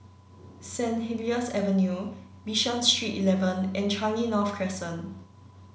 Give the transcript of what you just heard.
Saint Helier's Avenue Bishan Street eleven and Changi North Crescent